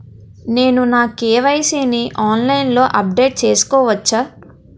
నేను నా కే.వై.సీ ని ఆన్లైన్ లో అప్డేట్ చేసుకోవచ్చా?